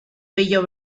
brillo